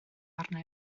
arna